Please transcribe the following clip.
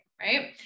right